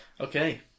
Okay